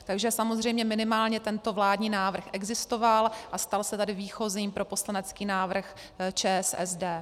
Takže samozřejmě minimálně tento vládní návrh existoval a stal se tedy výchozím pro poslanecký návrh ČSSD.